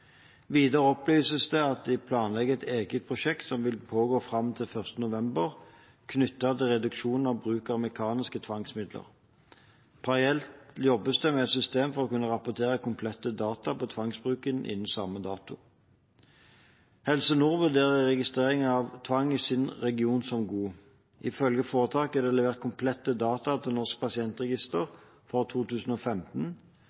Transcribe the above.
Videre opplyses det at de planlegger et eget prosjekt som vil pågå fram til 1. november, knyttet til reduksjon i bruk av mekaniske tvangsmidler. Parallelt jobbes det med et system for å kunne rapportere komplette data for tvangsbruken innen samme dato. Helse Nord vurderer registreringen av tvang i sin region som god. Ifølge foretaket er det levert komplette data til Norsk